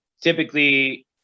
typically